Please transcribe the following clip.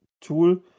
tool